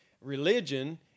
Religion